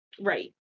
Right